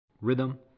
rhythm